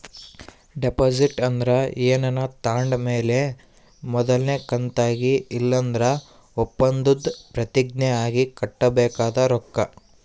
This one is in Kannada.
ಡೆಪಾಸಿಟ್ ಅಂದ್ರ ಏನಾನ ತಾಂಡ್ ಮೇಲೆ ಮೊದಲ್ನೇ ಕಂತಾಗಿ ಇಲ್ಲಂದ್ರ ಒಪ್ಪಂದುದ್ ಪ್ರತಿಜ್ಞೆ ಆಗಿ ಕಟ್ಟಬೇಕಾದ ರೊಕ್ಕ